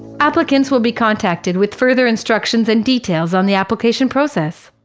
applicants will be contacted with further instructions and details on the application process.